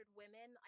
women